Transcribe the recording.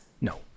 No